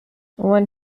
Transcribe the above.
when